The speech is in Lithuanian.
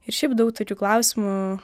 ir šiaip daug tokių klausimų